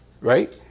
right